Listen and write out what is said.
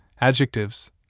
adjectives